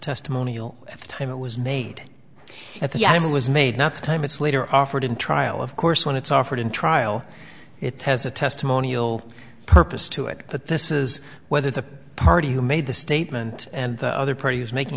testimonial at the time it was made at the i was made not the time it's later offered in trial of course when it's offered in trial it has a testimonial purpose to it that this is whether the party who made the statement and the other party is